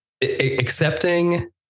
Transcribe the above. accepting